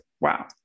wow